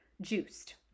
juiced